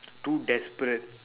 too desperate